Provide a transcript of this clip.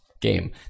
Game